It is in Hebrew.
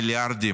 מיליארדים,